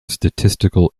statistical